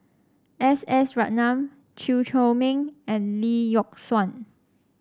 S S Ratnam Chew Chor Meng and Lee Yock Suan